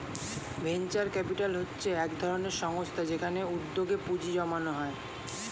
venture capital হচ্ছে একধরনের সংস্থা যেখানে উদ্যোগে পুঁজি জমানো হয়